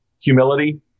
Humility